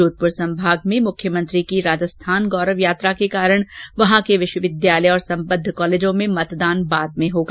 जोधपुर संभाग में मुख्यमंत्री की राजस्थान गौरव यात्रा के कारण वहां के विश्वविद्यालय और संबद्ध कॉलेजों में मतदान बाद में होगा